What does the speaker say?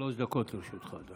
שלוש דקות לרשותך.